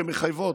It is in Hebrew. שמחייבות,